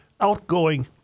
Outgoing